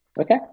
okay